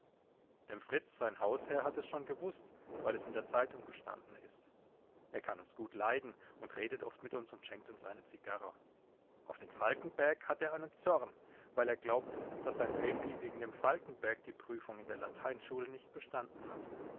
dem fritz sein hausherr hat es schon gewußt weil es in der zeitung gestanden ist er kann uns gut leiden und redet oft mit uns und schenkt uns eine zigarre auf den falkenberg hat er einen zorn weil er glaubt daß sein pepi wegen dem falkenberg die prüfung in der lateinschule nicht bestanden hat